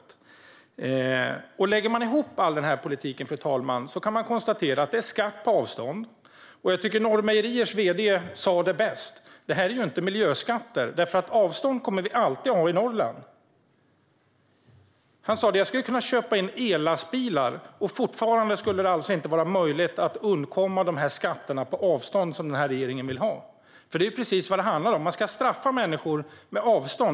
Om man lägger ihop all denna politik, fru talman, kan man konstatera att det är skatt på avstånd. Jag tycker att Norrmejeriers vd sa det bäst: Detta är inte miljöskatter, för avstånd kommer vi alltid att ha i Norrland. Vi skulle kunna köpa in ellastbilar, men det skulle fortfarande inte vara möjligt att undkomma de skatter på avstånd som regeringen vill ha. Detta är precis vad det handlar om: Man ska straffa människor med avstånd.